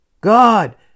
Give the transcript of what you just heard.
God